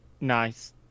Nice